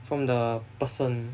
from the person